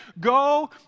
go